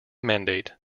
mandate